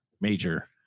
major